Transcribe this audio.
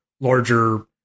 larger